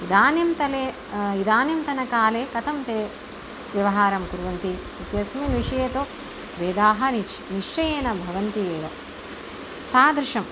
इदानीं तले इदानीन्तनकाले कथं ते व्यवहारं कुर्वन्ति इत्यस्मिन् विषये तु वेदाः नि निश्चयेन भवन्ति एव तादृशम्